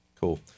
Cool